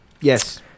Yes